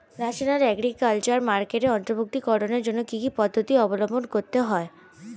National agriculture মার্কেটে অন্তর্ভুক্তিকরণের জন্য কি কি পদ্ধতি অবলম্বন করতে হয়?